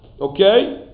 Okay